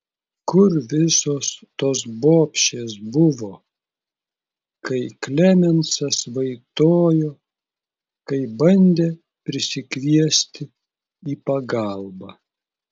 kur visos tos bobšės buvo kai klemensas vaitojo kai bandė prisikviesti į pagalbą